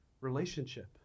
relationship